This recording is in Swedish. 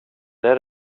där